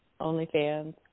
OnlyFans